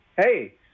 hey